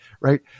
right